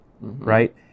right